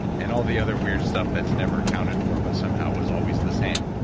and all the other weird stuff that's never accounted for but somehow was always the same.